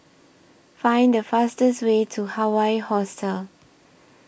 Find The fastest Way to Hawaii Hostel